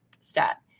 stat